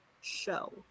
show